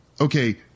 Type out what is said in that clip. okay